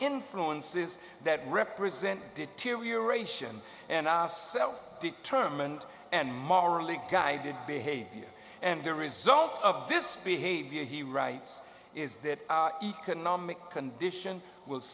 influences that represent deterioration and self determined and morally guided behavior and the result of this behavior he writes is that economic condition w